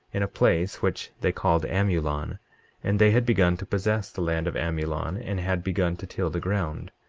in a place which they called amulon and they had begun to possess the land of amulon and had begun to till the ground.